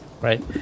right